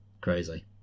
Crazy